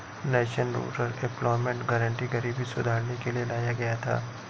national rural employment guarantee गरीबी सुधारने के लिए लाया गया था